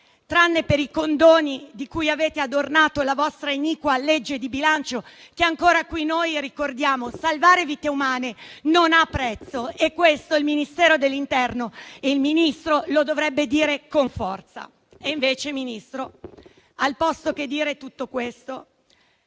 tranne per i condoni di cui avete adornato la vostra iniqua legge di bilancio che ancora qui ricordiamo. Salvare vite umane non ha prezzo, e questo il Ministro dell'interno lo dovrebbe dire con forza. E invece, Ministro, anziché dire tutto questo,